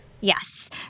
Yes